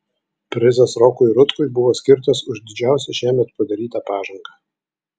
prizas rokui rutkui buvo skirtas už didžiausią šiemet padarytą pažangą